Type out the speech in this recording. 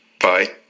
Bye